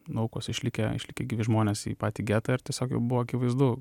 nu aukos išlikę išlikę gyvi žmonės į patį getą ir tiesiog jau buvo akivaizdu